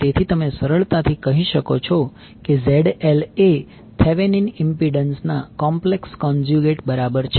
તેથી તમે સરળતાથી કહી શકો છો કે ZL એ થેવેનીન ઇમ્પિડન્સ ના કોમ્પ્લેક્ષ કોનઝયુગેટ બરાબર છે